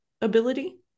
ability